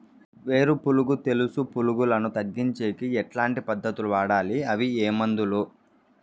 వేరు పులుగు తెలుసు పులుగులను తగ్గించేకి ఎట్లాంటి పద్ధతులు వాడాలి? అవి ఏ మందులు?